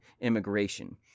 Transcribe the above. immigration